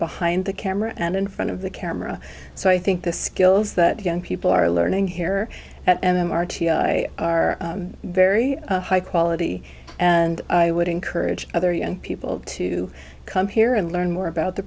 behind the camera and in front of the camera so i think the skills that young people are learning here at m r t i are very high quality and i would encourage other young people to come here and learn more about the